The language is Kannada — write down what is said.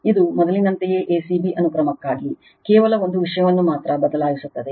ಇದು ಮೊದಲಿನಂತೆಯೇ a c b ಅನುಕ್ರಮಕ್ಕಾಗಿ ಕೇವಲ ಒಂದು ವಿಷಯವನ್ನು ಮಾತ್ರ ಬದಲಾಯಿಸಲಾಗುತ್ತದೆ